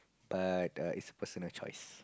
but err is personal choice